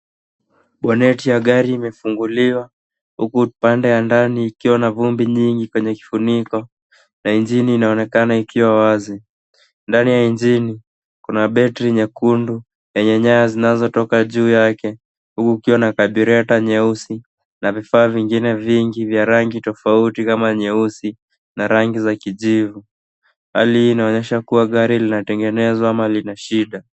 Boneti ya gari imefunguliwa huku pande ya ndani ikiwa na vumbi nyingi kwenye kifuniko na injini inaonekana ikiwa wazi. Ndani ya injini kuna battery nyekundu yenye nyaya zinazotoka juu yake huku kukiwa na carburettor nyeusi na vifaa vingine vingi vya rangi tofauti kama nyeusi na rangi za kijivu. Hali hii inaonyesha kuwa gari linatengenezwa ama lina shida.